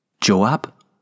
Joab